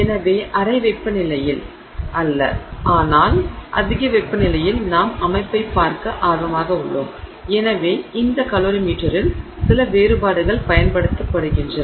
எனவே அறை வெப்பநிலையில் அல்ல ஆனால் அதிக வெப்பநிலையில் நாம் அமைப்பைப் பார்க்க ஆர்வமாக உள்ளோம் எனவே இந்த கலோரிமீட்டரில் சில வேறுபாடுகள் பயன்படுத்தப்படுகின்றன